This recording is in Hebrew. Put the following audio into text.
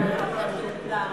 חבר הכנסת רוצה להשיב,